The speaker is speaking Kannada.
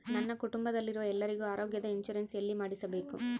ನನ್ನ ಕುಟುಂಬದಲ್ಲಿರುವ ಎಲ್ಲರಿಗೂ ಆರೋಗ್ಯದ ಇನ್ಶೂರೆನ್ಸ್ ಎಲ್ಲಿ ಮಾಡಿಸಬೇಕು?